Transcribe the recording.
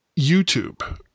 YouTube